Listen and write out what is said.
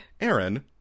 Aaron